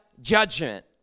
judgment